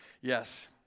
yes